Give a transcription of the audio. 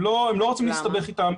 הם לא רוצים להסתבך איתם,